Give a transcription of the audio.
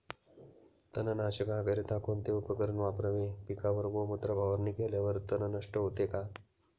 तणनाशकाकरिता कोणते उपकरण वापरावे? पिकावर गोमूत्र फवारणी केल्यावर तण नष्ट होते का?